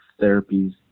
therapies